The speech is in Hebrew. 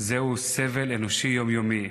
זהו סבל אנושי יום-יומי,